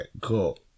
cool